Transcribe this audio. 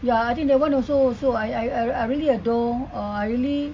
ya I think that [one] also I I I really adore uh I really